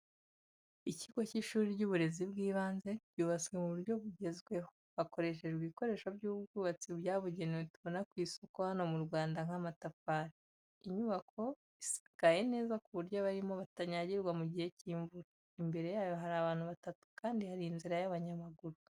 Ikigo cy’ishuri ry’uburezi bw’ibanze, ryubatswe mu buryo bugezweho, hakoreshejwe ibikoresho by’ubwubatsi byabugenewe tubona ku isoko hano mu Rwanda nk'amatafari. Inyubako isakaye neza ku buryo abayirimo batanyagirwa mu gihe cy’imvura. Imbere yayo hari abantu batatu kandi hari inzira y'abanyamaguru.